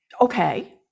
Okay